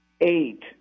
eight